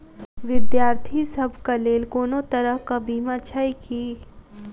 विद्यार्थी सभक लेल कोनो तरह कऽ बीमा छई की?